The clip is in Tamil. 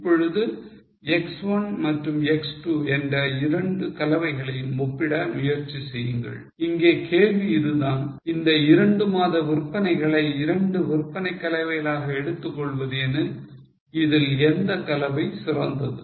இப்பொழுது X1 மற்றும் X2 என்ற 2 கலவைகளையும் ஒப்பிட முயற்சி செய்யுங்கள் இங்கே கேள்வி இதுதான் இந்த 2மாத விற்பனைகளை 2 விற்பனை கலவைகளாக எடுத்துக்கொள்வது எனில் இதில் எந்த கலவை சிறந்தது